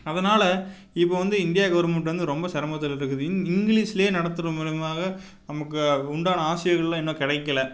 அதனால இப்போ வந்து இந்தியா கவுர்மெண்ட் வந்து ரொம்ப சிரமத்துல இருக்குது இங் இங்கிலீஷில் நடத்துகிற மூலயமாக நமக்கு உண்டான ஆசைகளும் இன்னும் கிடைக்கல